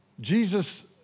Jesus